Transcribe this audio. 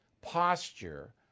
posture